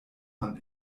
man